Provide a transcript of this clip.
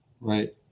Right